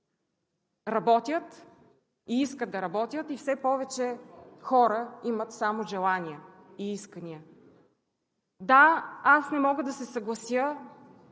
работят и искат да работят, и все повече хора имат само желания и искания. Да, аз не мога да се съглася,